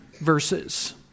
verses